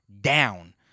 down